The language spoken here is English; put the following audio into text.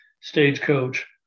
Stagecoach